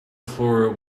floor